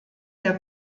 der